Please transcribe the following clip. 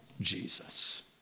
Jesus